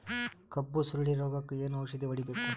ಕಬ್ಬು ಸುರಳೀರೋಗಕ ಏನು ಔಷಧಿ ಹೋಡಿಬೇಕು?